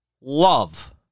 love